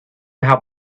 how